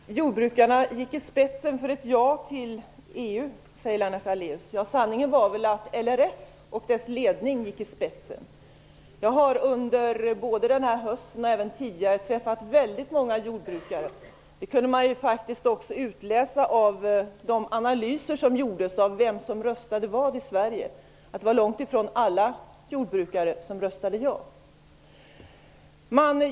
Fru talman! Jordbrukarna gick i spetsen för ett ja till EU, säger Lennart Daléus. Ja, sanningen var väl den att LRF och dess ledning gick i spetsen för detta. Jag har under hösten och även tidigare träffat många jordbrukare. Man kunde utläsa av analyserna av vem som röstade vad i Sverige att långt ifrån alla jordbrukare röstade ja.